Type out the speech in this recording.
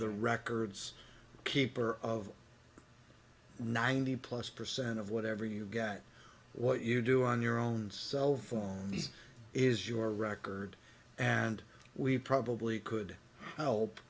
the records keeper of ninety plus percent of whatever you've got what you do on your own cellphone this is your record and we probably could help